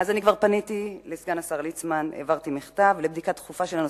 אז אני כבר העברתי לסגן השר ליצמן מכתב לבדיקה דחופה של הנושא,